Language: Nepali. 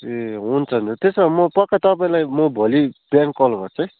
ए हुन्छ त्यसो भए म पक्का म तपाईँलाई भोलि बिहान कल गर्छु है